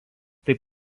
taip